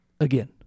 again